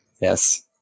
Yes